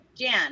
Jan